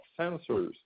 sensors